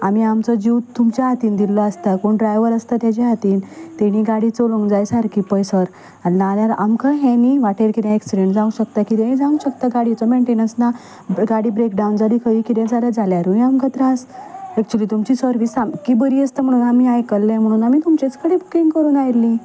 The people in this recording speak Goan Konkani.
आमी आमचो जीव तुमच्या हातीन दिल्लो आसता कोण ड्रायव्हर आसता ताज्या हातीन ताणी गाडी चलोवंक जाय सारकी पळय सर आनी आमकां हें न्ही वाटेर किदेंय एक्सिडेंट जावंक शकता किदेंय जावं शकता गाडयेचो मेन्टेंन्स ना गाडी ब्रेकडावन जाली खंयी किदें जालें जाल्यारूय आमकां त्रास एक्चुली तुमची सरवीस सामकी बरी आसता म्हणून आयकल्लें म्हणून आमी तुमचेच कडेन बुकींग करूंक आयल्ली